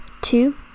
two